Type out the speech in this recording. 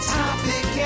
topic